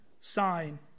sign